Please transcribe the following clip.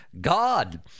God